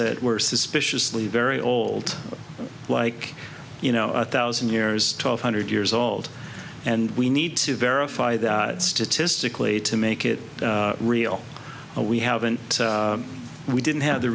that were suspiciously very old like you know a thousand years twelve hundred years old and we need to verify that statistically to make it real we haven't we didn't have the